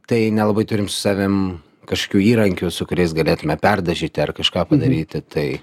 tai nelabai turim su savim kažkokių įrankių su kuriais galėtume perdažyti ar kažką padaryti tai